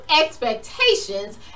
expectations